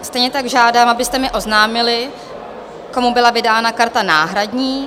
Stejně tak žádám, abyste mi oznámili, komu byla vydána karta náhradní.